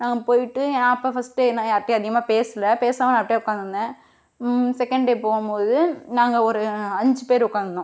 நான் போய்ட்டு நான் அப்போ ஃபர்ஸ்ட் டே என்ன யார்ட்டயும் அதிகமாக பேசலை பேசாமல் அப்படியே உட்காந்துருந்தேன் செகண்ட் டே போகும் போது நாங்கள் ஒரு அஞ்சு பேர் உட்காந்துருந்தோம்